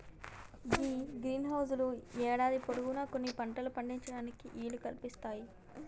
గీ greenhouse లు యేడాది పొడవునా కొన్ని పంటలను పండించటానికి ఈలు కల్పిస్తాయి